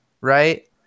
right